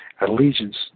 allegiance